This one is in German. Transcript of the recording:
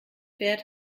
fährt